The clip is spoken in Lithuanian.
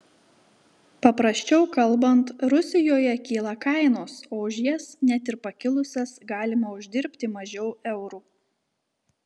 paprasčiau kalbant rusijoje kyla kainos o už jas net ir pakilusias galima uždirbti mažiau eurų